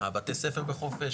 בתי הספר בחופש,